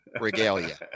regalia